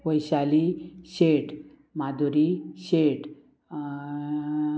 Vaishali Shet Madhuri Shet